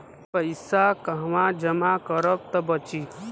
पैसा कहवा जमा करब त बची?